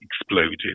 exploded